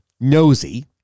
Nosy